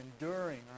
enduring